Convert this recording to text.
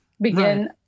begin